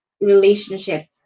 relationship